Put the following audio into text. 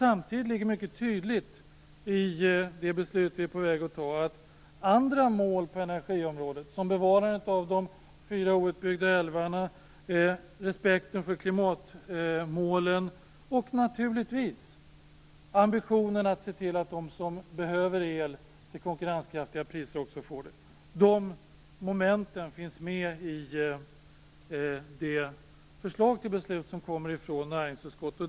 Samtidigt är det mycket tydligt att andra mål på energiområdet, som bevarandet av de fyra outbyggda älvarna, respekten för klimatmålen och naturligtvis ambitionen att se till att de som behöver el till konkurrenskraftiga priser också får det, finns med i det förslag till beslut som kommer ifrån näringsutskottet.